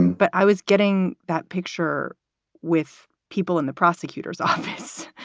but i was getting that picture with people in the prosecutor's office.